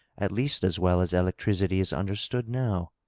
at least as well as electricity is understood now?